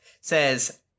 Says